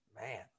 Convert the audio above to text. man